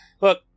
Look